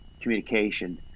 communication